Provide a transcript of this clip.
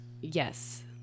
Yes